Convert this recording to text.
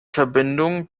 verbindung